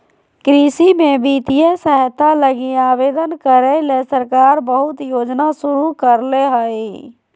कृषि में वित्तीय सहायता लगी आवेदन करे ले सरकार बहुत योजना शुरू करले हइ